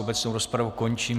Obecnou rozpravu končím.